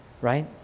Right